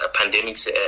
pandemics